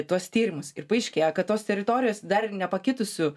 tuos tyrimus ir paaiškėjo kad tos teritorijos dar ir nepakitusių